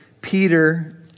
Peter